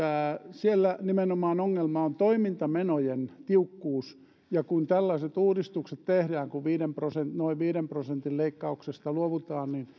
siellä nimenomaan ongelma on toimintamenojen tiukkuus ja kun tällaiset uudistukset tehdään kun noin viiden prosentin leikkauksesta luovutaan niin